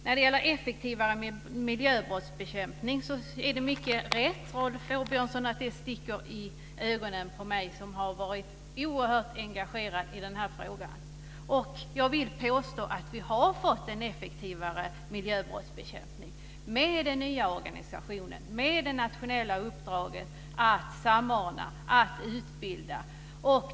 När det gäller effektivare miljöbrottsbekämpning är det riktigt, Rolf Åbjörnsson, att det sticker i ögonen på mig som har varit oerhört engagerad i denna fråga. Jag vill påstå att vi har fått en effektivare miljöbrottsbekämpning med den nya organisationen med det nationella uppdraget att samordna och utbilda.